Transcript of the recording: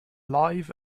live